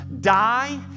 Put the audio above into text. die